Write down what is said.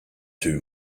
too